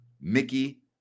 Mickey